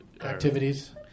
activities